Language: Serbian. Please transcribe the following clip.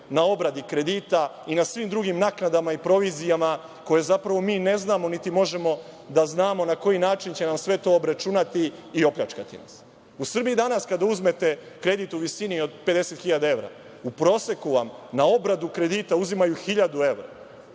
na obradi kredita i na svim drugim naknadama i provizijama, koje zapravo mi ne znamo niti možemo da znamo na koji način će nam sve to obračunati i opljačkati nas? U Srbiji danas kada uzmete kredit u visini od 50.000 evra, u proseku vam na obradu kredita uzimaju 1.000 evra.